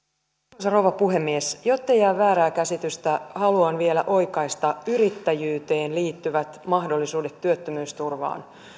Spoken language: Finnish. arvoisa rouva puhemies jottei jää väärää käsitystä haluan vielä oikaista yrittäjyyteen liittyvät mahdollisuudet työttömyysturvaan